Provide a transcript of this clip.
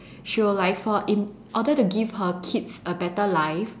she will like for in order to give her kids a better life